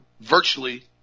virtually